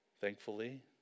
Thankfully